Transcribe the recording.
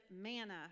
manna